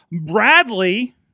Bradley